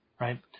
Right